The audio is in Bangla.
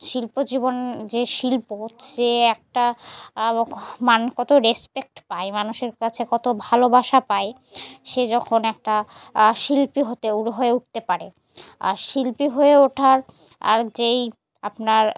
শিল্প জীবন যে শিল্প সে একটা মান কত রেসপেক্ট পায় মানুষের কাছে কত ভালোবাসা পায় সে যখন একটা শিল্পী হতে হয়ে উঠতে পারে আর শিল্পী হয়ে ওঠার আর যেই আপনার